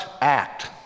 act